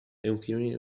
أيمكنني